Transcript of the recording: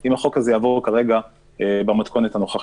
אם החוק הזה יעבור במתכונת הנוכחית.